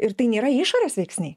ir tai nėra išorės veiksniai